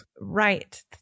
right